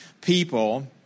people